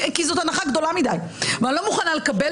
כי זאת הנחה גדולה מדי ואני לא מוכנה לקבל